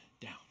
down